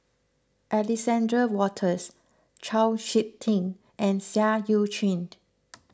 Alexander Wolters Chau Sik Ting and Seah Eu Chin